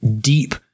deep